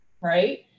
right